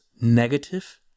negative